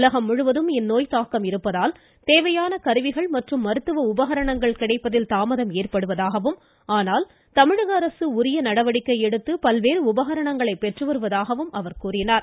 உலகம் முழுவதும் இந்த நோய் தாக்கம் இருப்பதால் தேவையான கருவிகள் மற்றும் மருத்துவ உபகரணங்கள் கிடைப்பதில் தாமதம் ஏற்படுவதாகவும் ஆனால் தமிழக அரசு உரிய நடவடிக்கை எடுத்து பல்வேறு உபகரணங்களைப் பெற்று வருவதாகவும் கூறினார்